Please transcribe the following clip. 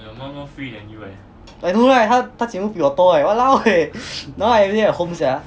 I know right 他他节目比我多诶 !walao! eh now I everyday at home sia